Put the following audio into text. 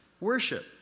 worship